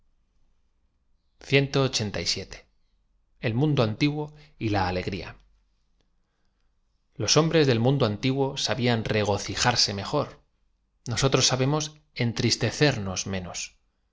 e l mundo antiguo y la alegría los hombres del mundo antiguo sabían rtgohjarse mejor nosotros sabemos entristecerrios menoe